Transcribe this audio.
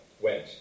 went